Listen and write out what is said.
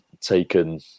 taken